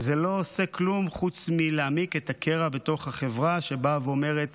זה לא עושה כלום חוץ מלהעמיק את הקרע בחברה שאומרת